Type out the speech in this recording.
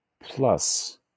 plus